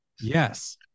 Yes